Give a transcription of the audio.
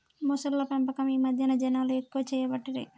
మొసళ్ల పెంపకం ఈ మధ్యన జనాలు ఎక్కువ చేయబట్టిరి